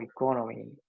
economy